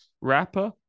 rapper